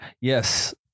Yes